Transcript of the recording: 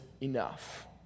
enough